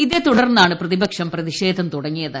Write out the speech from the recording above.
ഇതേത്തുടർന്നാണ് പ്രതിപക്ഷം പ്രതിഷേധം തുടങ്ങിയത്